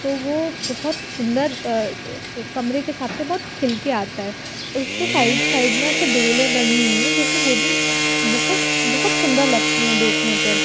तो वो बहुत सुंदर कमरे के हिसाब से बहुत खिलके आता है और उसके साइड साइड में ऐसे बेलें बनी हुई हैं जोकि वो भी बहुत बहुत सुंदर लगती हैं देखने पर